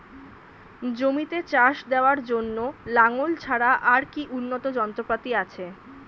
জমিতে চাষ দেওয়ার জন্য লাঙ্গল ছাড়া আর কি উন্নত যন্ত্রপাতি আছে?